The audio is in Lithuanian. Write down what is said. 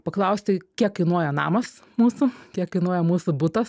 paklausti kiek kainuoja namas mūsų kiek kainuoja mūsų butas